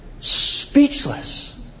Speechless